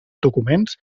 documents